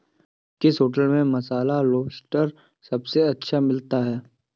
किस होटल में मसाला लोबस्टर सबसे अच्छा मिलता है?